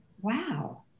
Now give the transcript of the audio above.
Wow